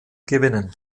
gewinnen